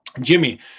Jimmy